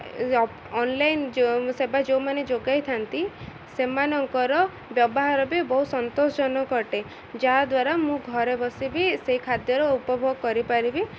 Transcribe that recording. online ଯେଉଁ ସେବା ଯେଉଁମାନେ ଯୋଗାଇ ଥାନ୍ତି ସେମାନଙ୍କର ବ୍ୟବହାର ବି ବହୁତ ସନ୍ତୋଷଜନକ ଅଟେ ଯାହାଦ୍ୱାରା ମୁଁ ଘରେ ବସିବି ସେଇ ଖାଦ୍ୟର ଉପଭୋଗ କରିପାରିବି